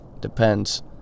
depends